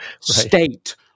state